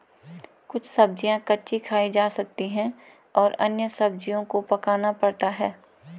कुछ सब्ज़ियाँ कच्ची खाई जा सकती हैं और अन्य सब्ज़ियों को पकाना पड़ता है